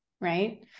right